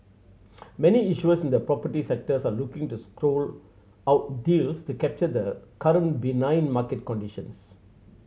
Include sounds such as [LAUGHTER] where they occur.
many issuers in the property sectors are looking to [UNINTELLIGIBLE] out deals to capture the current benign market conditions